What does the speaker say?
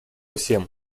всем